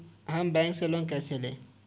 हम बैंक से लोन कैसे लें?